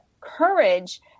courage